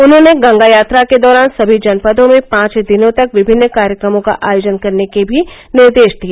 उन्होंने गंगा यात्रा के दौरान सभी जनपदों में पांच दिनों तक विभिन्न कार्यक्रमों का आयोजन करने के भी निर्देश दिए